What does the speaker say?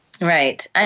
Right